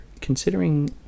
considering